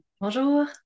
Bonjour